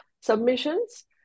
submissions